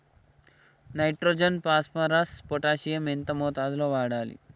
Nitrogen phosphorus potassium ఎంత మోతాదు లో వాడాలి?